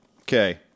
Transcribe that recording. Okay